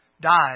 died